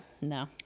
no